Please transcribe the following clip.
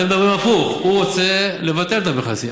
אתם מדברים הפוך: הוא רוצה לבטל את המכסים,